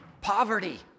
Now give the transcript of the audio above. Poverty